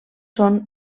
són